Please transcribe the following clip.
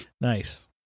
Nice